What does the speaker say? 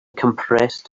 compressed